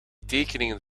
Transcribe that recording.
tekeningen